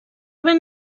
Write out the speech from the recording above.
ben